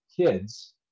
kids